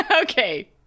okay